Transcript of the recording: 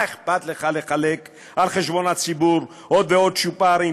מה אכפת לך לחלק על חשבון הציבור עוד ועוד צ'ופרים,